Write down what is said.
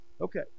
Okay